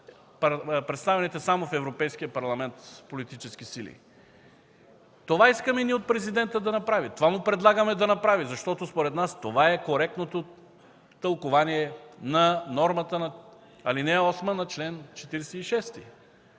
представените само в Европейския парламент политически сили. Това искаме ние от президента да направи, това му предлагаме да направи, защото според нас това е коректното тълкувание на нормата на ал. 8 на чл. 46.